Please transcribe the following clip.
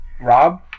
Rob